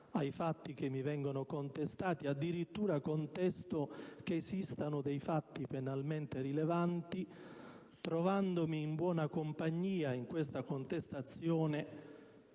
ai fatti che mi vengono contestati e addirittura contesto che esistano dei fatti penalmente rilevanti, trovandomi in buona compagnia in questa contestazione